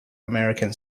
american